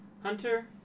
Hunter